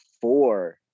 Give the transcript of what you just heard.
four